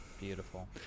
Beautiful